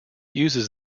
uses